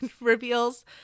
reveals